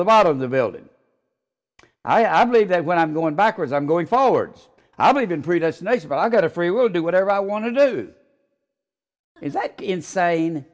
the lot of the building i believe that when i'm going backwards i'm going forwards i believe in predestination but i've got a free will do whatever i want to do is that insane